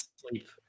sleep